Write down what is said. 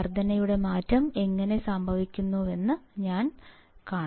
വർദ്ധനയുടെ മാറ്റം എങ്ങനെ സംഭവിക്കുമെന്ന് ഞാൻ കാണും